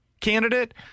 candidate